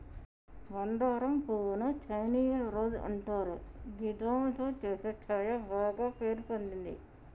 మందారం పువ్వు ను చైనీయుల రోజ్ అంటారు గిదాంతో చేసే ఛాయ బాగ పేరు పొందింది